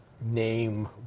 name